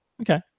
Okay